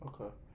Okay